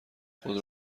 خود